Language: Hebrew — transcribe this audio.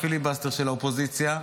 הפיליבסטר של האופוזיציה,